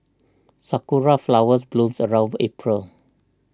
sakura flowers blooms around April